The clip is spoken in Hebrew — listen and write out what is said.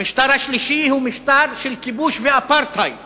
המשטר השלישי הוא משטר של כיבוש ואפרטהייד